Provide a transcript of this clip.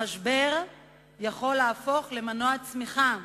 המשבר יכול להפוך למנוע צמיחה,